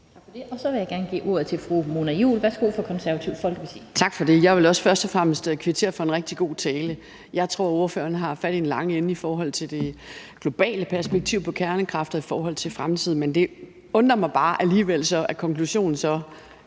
Tak for det. Så vil jeg give ordet til fru Mona Juul fra Det Konservative Folkeparti. Værsgo. Kl. 11:07 Mona Juul (KF): Tak for det. Jeg vil også først og fremmest kvittere for en rigtig god tale. Jeg tror, ordføreren har fat i den lange ende i forhold til det globale perspektiv på kernekraft og i forhold til fremtiden. Men det undrer mig bare alligevel, at konklusionen så